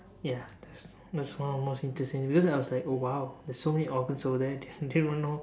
ya that's that's one of the most interesting videos because I was like oh !wow! there's so many organs over there didn't didn't even know